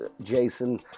Jason